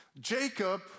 Jacob